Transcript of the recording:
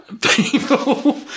People